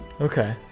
Okay